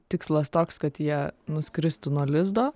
tikslas toks kad jie nuskristų nuo lizdo